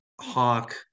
Hawk